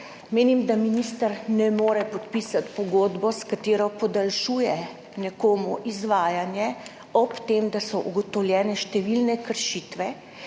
Menim, da minister ne more podpisati pogodbe, s katero nekomu podaljšuje izvajanje, ob tem, da so ugotovljene številne kršitve,